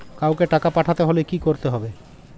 কাওকে টাকা পাঠাতে হলে কি করতে হবে?